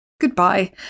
Goodbye